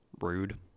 Rude